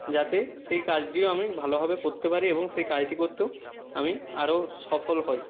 যাতে সেই কাজটিও আমি ভালোভাবে করতে পারি এবং সেই কাজটি করতেও আমি আরও সফল হই